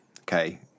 okay